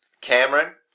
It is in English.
Cameron